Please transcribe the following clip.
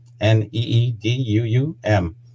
N-E-E-D-U-U-M